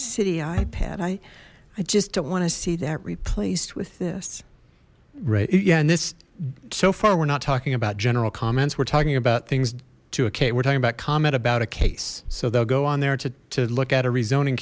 city ipad i i just don't want to see that replaced with this right yeah and this so far we're not talking about general comments we're talking about things to a kate we're talking about comment about a case so they'll go on there to look at a re